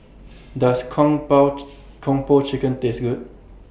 Does Kung Kung Po Chicken Taste Good